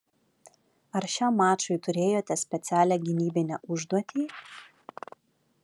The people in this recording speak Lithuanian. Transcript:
ar šiam mačui turėjote specialią gynybinę užduotį